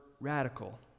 radical